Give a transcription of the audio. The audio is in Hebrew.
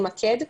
אמקד.